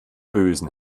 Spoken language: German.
bösen